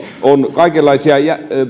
on kaikenlaisia